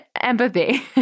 empathy